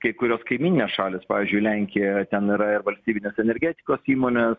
kai kurios kaimyninės šalys pavyzdžiui lenkija ten yra ir valstybinės energetikos įmonės